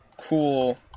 cool